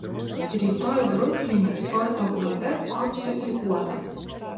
rytoj brukline sporto klube kopsiu į uolą